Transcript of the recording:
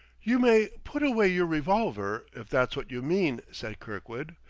you may put away your revolver, if that's what you mean, said kirkwood.